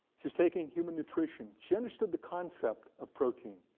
she was taking human nutrition. she understood the concept of protein,